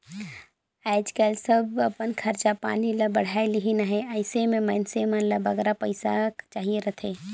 आएज काएल सब अपन खरचा पानी ल बढ़ाए लेहिन अहें अइसे में मइनसे मन ल बगरा पइसा चाहिए रहथे